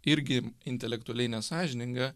irgi intelektualiai nesąžininga